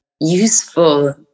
useful